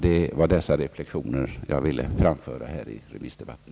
Det var dessa reflexioner jag ville framföra i remissdebatten.